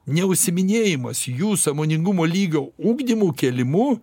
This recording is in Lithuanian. neužsiiminėjimas jų sąmoningumo lygio ugdymu kėlimu